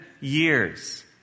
years